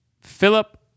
Philip